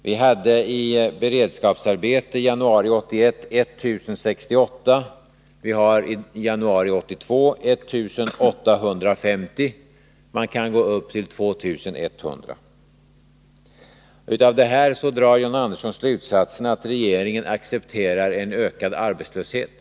Vi hade för Västerbottens län i januari 1981 i beredskapsarbete 1 068. I januari 1982 har vi 1850. Man kan gå upp till 2 100. Av detta drar John Andersson slutsatsen att regeringen accepterar ökad arbetslöshet.